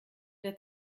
der